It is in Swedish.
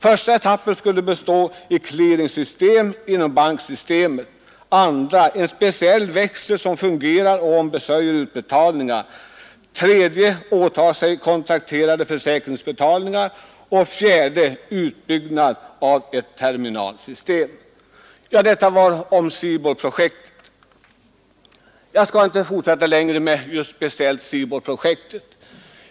Första etappen skulle bestå av clearingsystem inom banksystemet, andra etappen avsåg en speciell växel som skulle ombesörja utbetalningar, tredje etappen gäller kontrakterade försäkringsbetalningar och fjärde utbyggnad av ett terminalsystem. Jag skall inte fortsätta längre just med SIBOL-projektet.